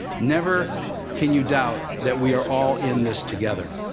never can you doubt that we are all in this together.